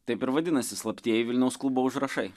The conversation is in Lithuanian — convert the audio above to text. taip ir vadinasi slaptieji vilniaus klubo užrašai